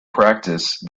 practice